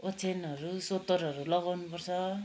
ओछ्यानहरू सोतरहरू लगाउनुपर्छ